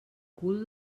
cul